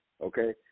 okay